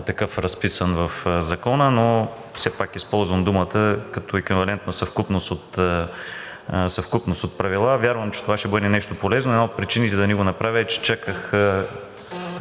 разписан в Закона, но все пак използвам думата като еквивалентна съвкупност от правила. Вярвам, че това ще бъде нещо полезно. Една от причините да не го направя е, че…